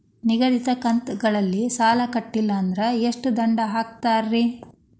ನಿಗದಿತ ಕಂತ್ ಗಳಲ್ಲಿ ಸಾಲ ಕಟ್ಲಿಲ್ಲ ಅಂದ್ರ ಎಷ್ಟ ದಂಡ ಹಾಕ್ತೇರಿ?